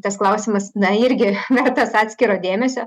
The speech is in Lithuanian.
tas klausimas na irgi vertas atskiro dėmesio